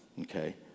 Okay